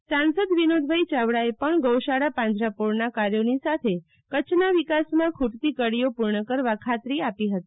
તો સાંસદ વિનોદભાઈ ચાવડાએ પણ ગૌશાળા પાંજરાપોળના કાર્યોની સાથે કચ્છના વિકાસમાં ખુટતી કડીઓ પુર્ણ કરવા ખાતરી આપી હતી